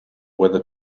whether